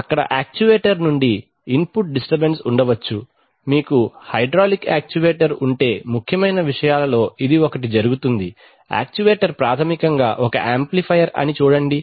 అక్కడ యాక్చుయేటర్ నుండి input disturbance ఉండవచ్చు మీకు హైడ్రాలిక్ యాక్యుయేటర్ ఉంటే ముఖ్యమైన విషయాలలో ఇది ఒకటి జరుగుతుంది యాక్యుయేటర్ ప్రాథమికంగా ఒక యాంప్లిఫైయర్ అని చూడండి